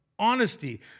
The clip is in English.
honesty